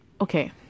Okay